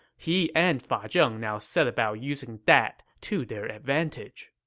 he and fa zheng now set about using that to their advantage